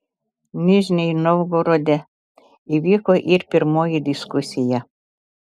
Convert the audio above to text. nižnij novgorode įvyko ir pirmoji diskusija